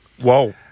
Whoa